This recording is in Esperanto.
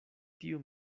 tio